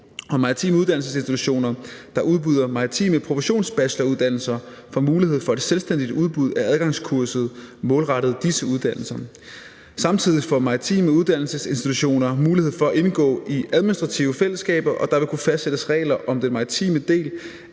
Maritime uddannelsesinstitutioner, der udbyder maritime professionsbacheloruddannelser, får mulighed for et selvstændigt udbud af adgangskurset målrettet disse uddannelser. Samtidig får maritime uddannelsesinstitutioner mulighed for at indgå i administrative fællesskaber, og der vil kunne fastsættes regler om den maritime del